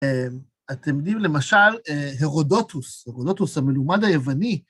אתם יודעים, למשל, הרודוטוס, הרודוטוס, המלומד היווני,